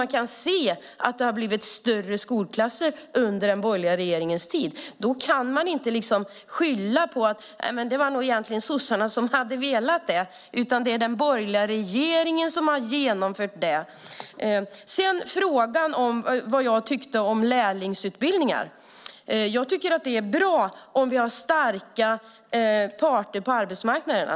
Man kan se att skolklasserna har blivit större under den borgerliga regeringens tid. Då kan ni inte skylla på att det egentligen var sossarna som ville det, utan det är den borgerliga regeringen som har genomfört detta. Jag fick en fråga om vad jag tycker om lärlingsutbildningar. Jag tycker att det är bra om vi har starka parter på arbetsmarknaden.